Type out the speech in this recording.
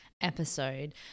episode